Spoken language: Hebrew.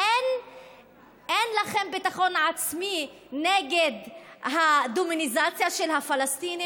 אין לכם ביטחון עצמי נגד הדמוניזציה של הפלסטינים?